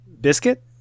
Biscuit